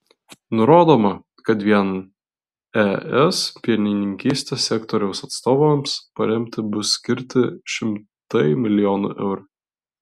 nurodoma kad vien es pienininkystės sektoriaus atstovams paremti bus skirti šimtai milijonų eurų